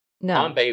No